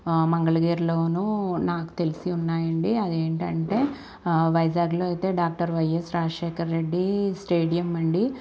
మంగళ గిరిలోనూ నాకు తెలిసి ఉన్నాయండి అదేంటంటే వైజాగ్లో అయితే doctor YS Rajasekhar Reddy stadium అండీ